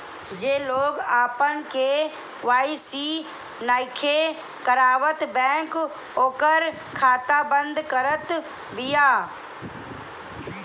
जे लोग आपन के.वाई.सी नइखे करावत बैंक ओकर खाता बंद करत बिया